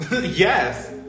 Yes